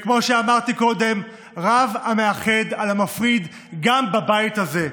כמו שאמרתי קודם, רב המאחד על המפריד גם בבית הזה,